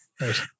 right